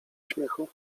śmiechu